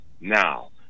Now